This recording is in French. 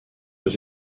aux